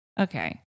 Okay